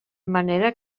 manera